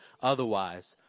otherwise